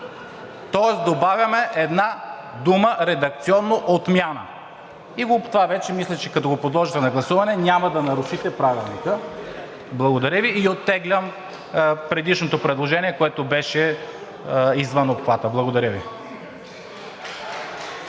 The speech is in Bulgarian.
Тоест добавяме една дума, редакционно – „отмяна“, и това вече мисля, че като го подложите на гласуване, няма да нарушите Правилника. Благодаря Ви. И оттеглям предишното предложение, което беше извън обхвата. Благодаря Ви.